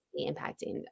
impacting